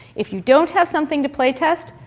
if you don't have something to play test,